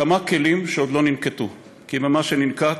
כמה כלים שעוד לא ננקטו, כי מה שננקט,